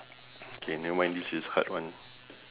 K nevermind this is hard one